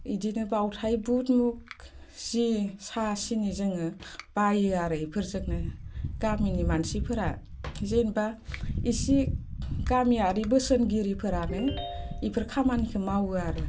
इदिनो बावथाय बुद मुग जि साहा सिनि जोङो बाययो आरो इफोरजोंनो गामिनि मानसिफोरा जेनोबा एसे गामियारि बोसोनगिरिफोरानो इफोर खामानिखो मावो आरो